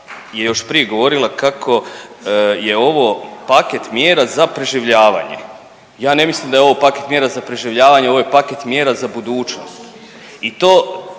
je još prije govorila kako je ovo paket mjera za preživljavanje. Ja ne mislim da je ovo paket mjera za preživljavanje, ovo je paket mjera za budućnost i to